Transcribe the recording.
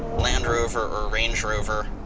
land rover or range rover